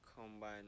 combine